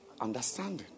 understanding